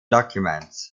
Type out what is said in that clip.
documents